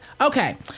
Okay